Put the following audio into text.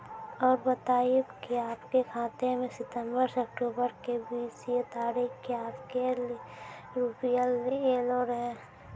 और बतायब के आपके खाते मे सितंबर से अक्टूबर के बीज ये तारीख के आपके के रुपिया येलो रहे?